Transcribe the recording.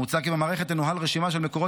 מוצע כי במערכת תנוהל רשימה של מקורות